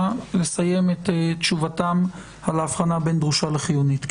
לסיים את תשובתם על ההבחנה בין דרושה לחיונית.